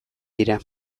dira